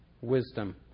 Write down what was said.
wisdom